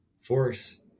force